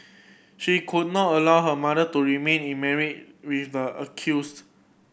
she could not allow her mother to remain in with the accused